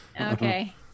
Okay